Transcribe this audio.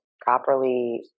properly